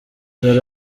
dore